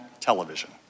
television